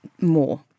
more